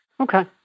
Okay